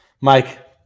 mike